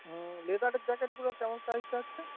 হুম লেদারের জ্যাকেটগুলো কেমন সাইজ আছে